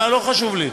מה לא חשוב לי.